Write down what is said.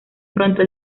pronto